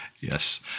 Yes